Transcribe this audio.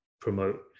promote